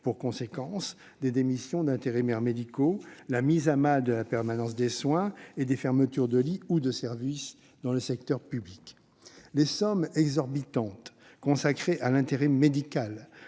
qui subit des démissions d'intérimaires médicaux, la mise à mal de la permanence des soins et des fermetures de lits ou de services. Les sommes exorbitantes consacrées à l'intérim médical